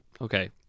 okay